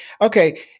okay